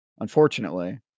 unfortunately-